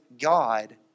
God